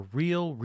real